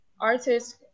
artist